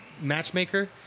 matchmaker